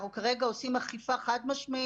אנחנו כרגע עושים אכיפה חד-משמעית.